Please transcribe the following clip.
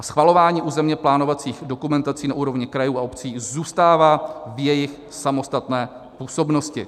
Schvalování územněplánovacích dokumentací na úrovni krajů a obcí zůstává v jejich samostatné působnosti.